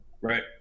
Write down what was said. right